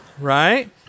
Right